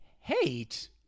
Hate